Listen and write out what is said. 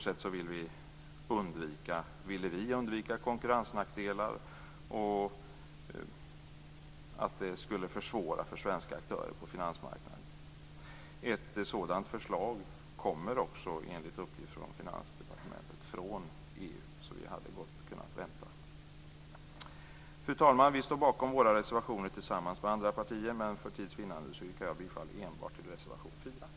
På så sätt ville vi undvika konkurrensnackdelar och att detta skulle försvåra för svenska aktörer på finansmarknaden. Ett sådant förslag kommer också, enligt uppgift från Finansdepartementet, från EU, så vi hade gott kunnat vänta. Fru talman! Vi står bakom de reservationer som vi har tillsammans med andra partier men för tids vinnande yrkar jag bifall enbart till reservation 4.